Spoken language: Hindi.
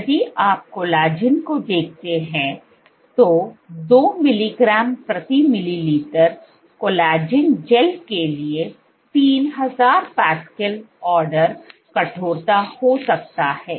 यदि आप कोलेजन को देखते हैं तो 2 मिलीग्राम प्रति मिलीलीटर कोलेजन जेल के लिए 300 pascal आडॅर कठोरता हो सकता है